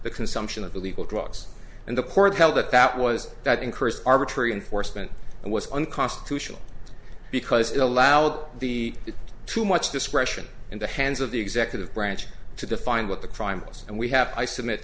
the consumption of illegal drugs and the court held that that was that incurs arbitrary enforcement and was unconstitutional because it allowed the too much discretion in the hands of the executive branch to define what the crime was and we have i submit